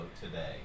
today